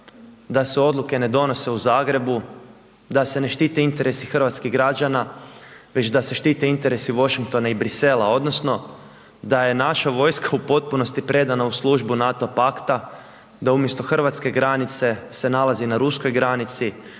da se odluke ne donose u Zagrebu, da se ne štite interesi hrvatskih građana već da se štite interesi Washingtona i Bruxellesa odnosno da je naša vojska u potpunosti predana u službu NATO pakta, da umjesto Hrvatske granice se nalazi na Ruskoj granici,